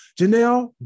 Janelle